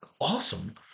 awesome